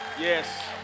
Yes